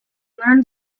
learn